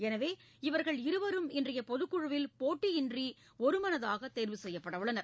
எனவே இவர்கள் இருவரும் இன்றைய பொதுக் குழுவில் போட்டியின்றி ஒருமனதாக தேர்வ செய்யப்பட உள்ளனர்